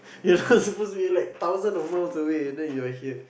you're now supposed to be in like thousands of miles away and then now you're here